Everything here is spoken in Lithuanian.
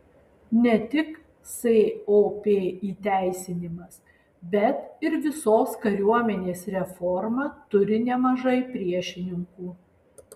ne tik sop įteisinimas bet ir visos kariuomenės reforma turi nemažai priešininkų